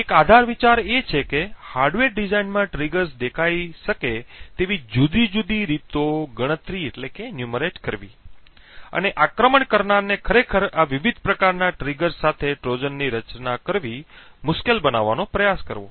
એક આધાર વિચાર એ છે કે હાર્ડવેર ડિઝાઇનમાં ટ્રિગર્સ દેખાઈ શકે તેવી જુદી જુદી રીતો ગણતરી કરવી અને આક્રમણ કરનારને ખરેખર આ વિવિધ પ્રકારના ટ્રિગર્સ સાથે ટ્રોજનની રચના કરવી મુશ્કેલ બનાવવાનો પ્રયાસ કરવો